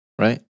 right